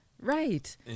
Right